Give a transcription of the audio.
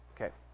Okay